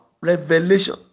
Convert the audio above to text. revelation